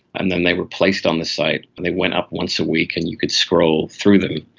and then they were placed on the site and they went up once a week and you could scroll through them.